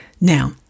now